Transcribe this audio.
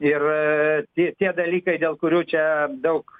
ir tie tie dalykai dėl kurių čia daug